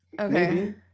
Okay